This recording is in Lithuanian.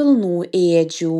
pilnų ėdžių